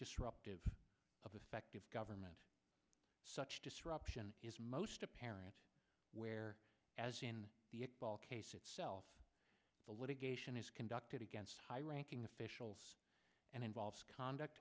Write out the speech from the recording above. disruptive of effective government such disruption is most apparent where as in the ball case itself the litigation is conducted against high ranking officials and involves conduct